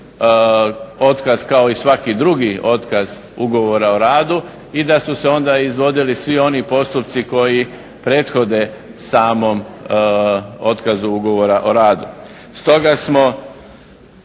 otkaz kao i svaki drugi otkaz ugovora o radu i da su se onda izvodili svi oni postupci koji prethode samom otkazu ugovora o radu.